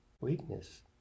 Weakness